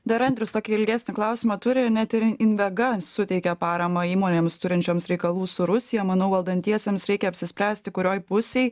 dar andrius tokį ilgesnį klausimą turi net ir in invega suteikia paramą įmonėms turinčioms reikalų su rusija manau valdantiesiems reikia apsispręsti kurioj pusėj